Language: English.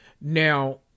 Now